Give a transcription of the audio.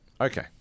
Okay